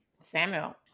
Samuel